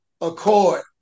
accord